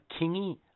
kingy